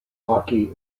hockey